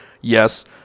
Yes